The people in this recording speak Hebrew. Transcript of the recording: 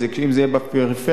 אם זה יהיה בפריפריה,